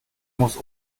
muss